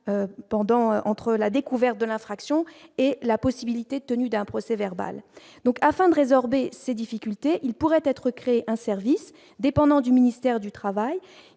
entre la découverte de l'infraction et la possibilité, tenue d'un procès verbal donc afin de résorber ces difficultés, il pourrait être créer un service dépendant du ministère du Travail,